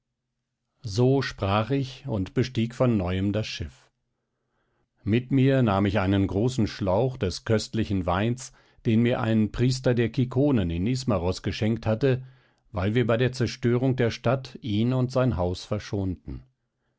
so sprach ich und bestieg von neuem das schiff mit mir nahm ich einen großen schlauch des köstlichen weins den mir ein priester der kikonen in ismaros geschenkt hatte weil wir bei der zerstörung der stadt ihn und sein haus verschonten